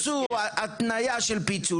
מיכאל מרדכי ביטון (יו"ר ועדת הכלכלה): אז תעשו התניה של פיצול